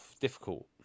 difficult